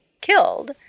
killed